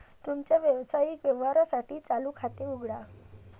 तुमच्या व्यावसायिक व्यवहारांसाठी चालू खाते उघडा